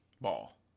Ball